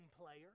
player